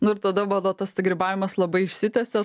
nor ir tada mano tas grybavimas labai išsitęsia